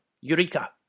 Eureka